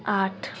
आठ